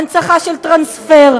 הנצחה של טרנספר,